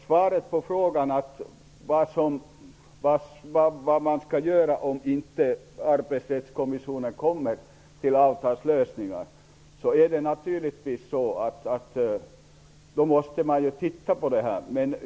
Svaret på frågan om vad man skall göra om arbetsrättskommissionen inte kommer till avtalslösningar är naturligtvis att man då måste se över det hela.